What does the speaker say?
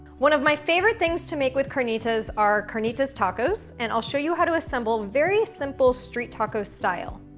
one of my favorite things to make with carnitas are carnitas tacos and i'll show you how to assemble very simple street taco style.